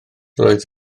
roedd